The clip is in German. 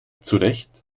zurecht